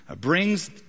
brings